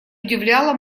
удивляло